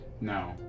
No